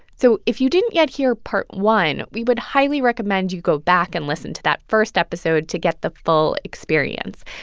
so if you didn't yet hear part i, we would highly recommend you go back and listen to that first episode to get the full experience.